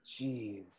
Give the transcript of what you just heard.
Jeez